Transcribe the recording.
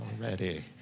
already